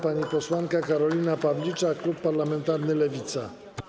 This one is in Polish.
Pani posłanka Karolina Pawliczak, klub parlamentarny Lewica.